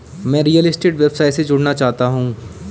मैं real estate व्यवसाय से जुड़ना चाहता हूँ